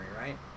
right